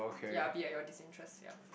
ya be at your disinterest ya